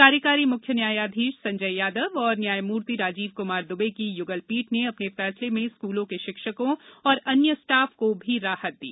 कार्यकारी मुख्य न्यायाधीश संजय यादव व न्यायमूर्ति राजीव कुमार दुबे की युगल पीठ ने अपने फैसले में स्कूलों के शिक्षकों व अन्य स्टाफ को भी राहत दी